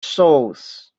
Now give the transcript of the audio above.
souls